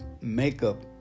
makeup